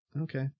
Okay